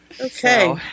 Okay